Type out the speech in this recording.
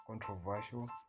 controversial